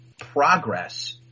progress